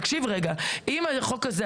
תקשיב רגע: אם החוק הזה,